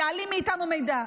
יעלים מאתנו מידע.